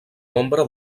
nombre